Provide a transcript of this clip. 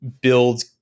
build